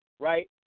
Right